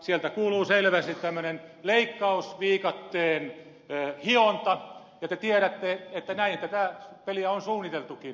sieltä kuuluu selvästi tämmöinen leikkausviikatteen hionta ja te tiedätte että näin tätä peliä on suunniteltukin